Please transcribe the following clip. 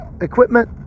equipment